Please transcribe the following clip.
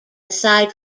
aside